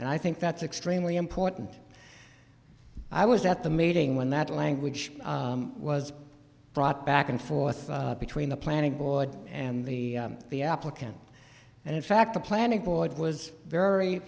and i think that's extremely important i was at the meeting when that language was brought back and forth between the planning board and the the applicant and in fact the planning board was very